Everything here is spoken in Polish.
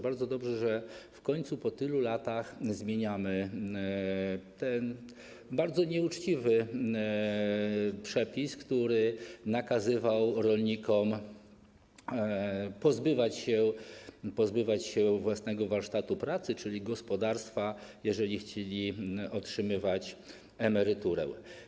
Bardzo dobrze, że w końcu po tylu latach zmieniamy ten bardzo nieuczciwy przepis, który nakazywał rolnikom pozbywać się własnego warsztatu pracy, czyli gospodarstwa, jeżeli chcieli otrzymywać emeryturę.